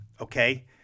okay